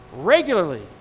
regularly